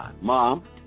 mom